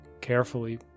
carefully